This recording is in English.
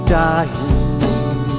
dying